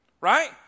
right